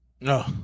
No